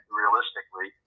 realistically